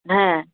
হ্যাঁ